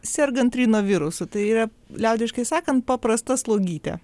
sergant rinovirusu tai yra liaudiškai sakant paprastas slogytė